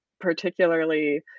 particularly